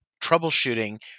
troubleshooting